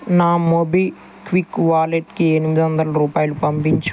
నా మోబిక్విక్ వాలెట్కి ఎనిమిది వందలు రూపాయలు పంపించు